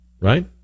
right